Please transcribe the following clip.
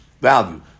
value